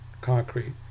concrete